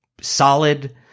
solid